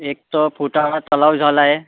एक तर फुटाळा तलाव झाला आहे